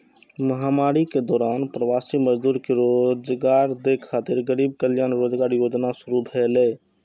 महामारी के दौरान प्रवासी मजदूर कें रोजगार दै खातिर गरीब कल्याण रोजगार योजना शुरू भेलै